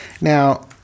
Now